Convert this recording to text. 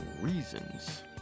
reasons